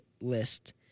list